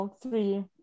three